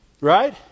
Right